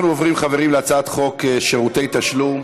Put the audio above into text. אנחנו עוברים, חברים, להצעת חוק שירותי תשלום.